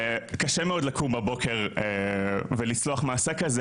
קשה מאוד לקום בבוקר ולסלוח למעשה כזה,